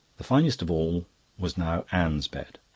the finest of all was now anne's bed.